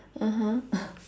(uh huh)